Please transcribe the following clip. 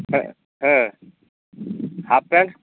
ହଁ ହଁ half pant